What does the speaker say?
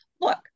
look